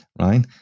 Right